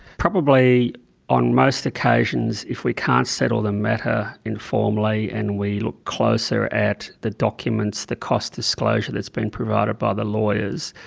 probably on most occasions, if we can't settle the matter informally and we look closer at the documents, the cost disclosure that's been provided by the lawyers,